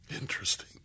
Interesting